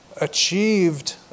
achieved